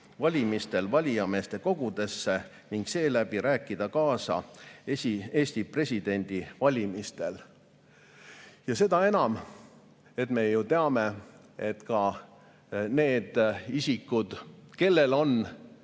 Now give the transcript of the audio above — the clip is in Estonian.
presidendivalimistel valijameeste kogudesse ning seeläbi rääkida kaasa Eesti presidendivalimistel. Seda enam, et me ju teame, et ka need isikud, kellel on